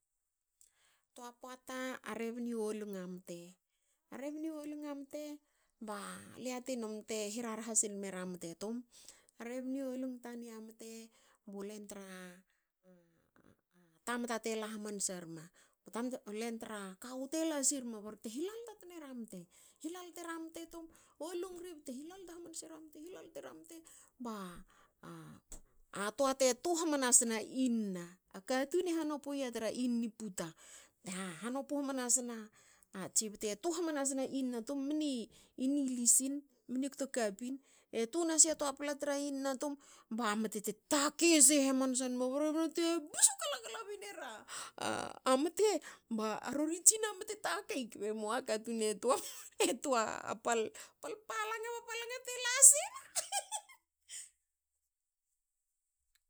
Toa pota a rebni wolung a toa mte. A rebni wolung a mte ba le yatinum te hiraraha silera mte tum. A rebni wolung tani a mte bu len tra tamta te la hamansa rme. ba tanta len tru kawu te la sirma bte lalta tne ra mte. hi lalte ra mte tum ba toa te tu hamnasna inna. katun i hanopu i ya tra inna i puta. te hanopu hamanse a tsi bte, tu hamanasna inna tum. mni nilisin mni kto kapin. E tu nasin a toa pla tra inna ba mte te takei sei hamansa nma ba rebna te bsu kla kla binere ra mte. Ba rori tsin a mte takei kbe moa. katun e tu a pal palanga bu palanga te la seina